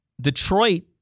Detroit